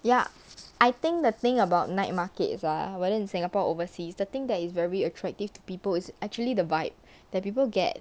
ya I think the thing about night markets ah whether in singapore or overseas the thing that is very attractive to people is actually the vibe that people get